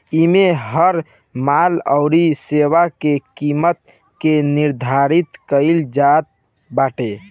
इमे हर माल अउरी सेवा के किमत के निर्धारित कईल जात बाटे